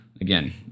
again